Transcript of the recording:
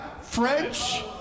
French